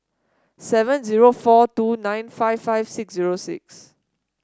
seven zero four two nine five five six zero six